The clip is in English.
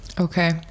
Okay